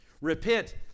Repent